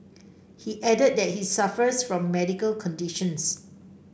he added that he suffers from medical conditions